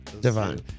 Divine